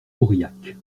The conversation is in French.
aurillac